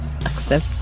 accept